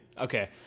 Okay